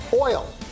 oil